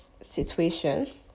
situation